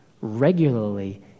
regularly